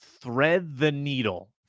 thread-the-needle